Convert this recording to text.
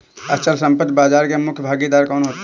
अचल संपत्ति बाजार के मुख्य भागीदार कौन होते हैं?